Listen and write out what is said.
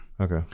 okay